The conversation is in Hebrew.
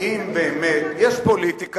יש פוליטיקה,